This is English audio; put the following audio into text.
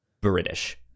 British